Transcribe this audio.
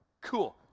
cool